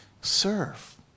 serve